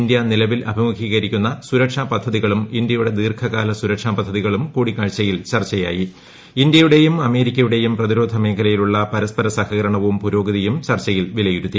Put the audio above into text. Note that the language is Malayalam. ഇന്ത്യ നിലവിൽ അഭ്യിമുഖ്ീകരിക്കുന്ന സുരക്ഷാ പദ്ധതികളും ഇന്ത്യയുടെ ദീർഘ്ക്ട്ടല് സുരക്ഷാ പദ്ധതികളും കൂടിക്കാഴ്ചയിൽ ഇന്ത്യയുടേയും അമേരിക്കയുടേയും പ്രതിരോധ് മേഖലയിലുള്ള പരസ്പര സഹകരണവും പുരോഗ്തിയും ചർച്ചയിൽ വിലയിരുത്തി